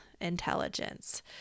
intelligence